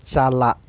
ᱪᱟᱞᱟᱜ